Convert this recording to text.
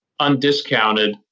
undiscounted